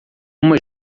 uma